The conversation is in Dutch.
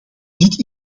dit